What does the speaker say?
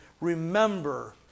remember